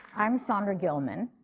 i'm sondra gilman,